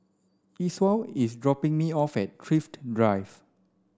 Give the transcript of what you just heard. Esau is dropping me off at Thrift Drive